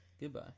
Goodbye